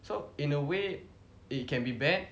so in a way it can be bad